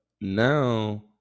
now